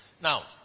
Now